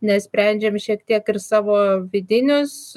nes sprendžiam šiek tiek ir savo vidinius